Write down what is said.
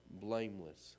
blameless